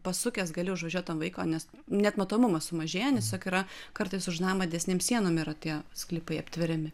pasukęs gali užvažiuot ant vaiko nes net matomumas sumažėja nes tiesiog yra kartais už namą didesnės sienom yra tie sklypai aptveriami